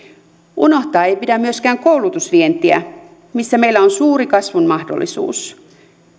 unohtaa ei pidä myöskään koulutusvientiä missä meillä on suuri kasvun mahdollisuus